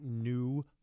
new